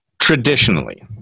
Traditionally